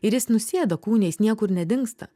ir jis nusėda kūne jis niekur nedingsta